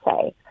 say